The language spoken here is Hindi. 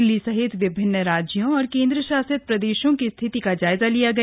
दिल्ली सहित विभिन्न राज्यों और केंद्र शासित प्रदेशों की स्थिति का जायजा लिया गया